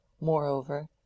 Moreover